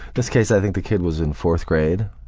this case i think the kid was in fourth grade,